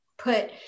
put